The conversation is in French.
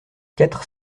quatre